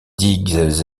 digues